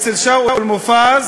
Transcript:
אצל שאול מופז,